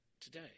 today